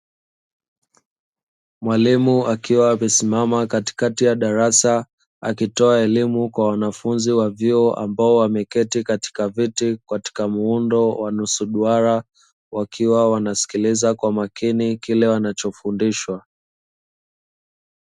mwalimu akiwa amesimama katikati ya darasa akitoa somo kwa Wanafunzi wa vyuo ambao wameketi katika viti, katika muundo wa nusu duara wakiwa wanasikiliza kwa makini kile wanachofundishwa.